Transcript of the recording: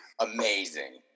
amazing